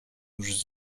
już